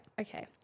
okay